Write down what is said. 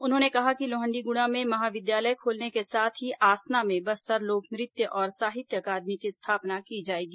उन्होंने कहा कि लोहण्डीगुड़ा में महाविद्यालय खोलने के साथ ही आसना में बस्तर लोक नृत्य और साहित्य अकादमी की स्थापना की जाएगी